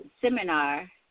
seminar